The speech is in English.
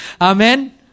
Amen